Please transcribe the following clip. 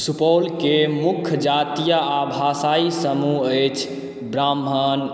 सुपौलके मुख्य जातीय आ भाषायी समूह अछि ब्राह्मण